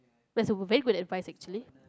that's very good advice actually